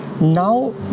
now